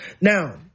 Now